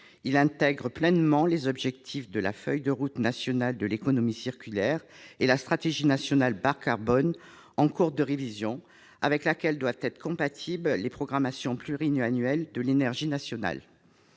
Il intègre pleinement les objectifs de la feuille de route nationale de l'économie circulaire et la stratégie nationale bas-carbone en cours de révision, avec laquelle doivent être compatibles les programmations pluriannuelles de l'énergie, ou